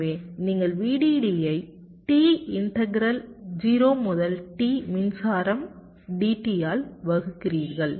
எனவே நீங்கள் VDD ஐ T இன்டெக்ரல் 0 முதல் T மின்சாரம் dt ஆல் வகுக்கிறீர்கள்